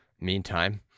meantime